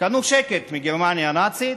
קנו שקט מגרמניה הנאצית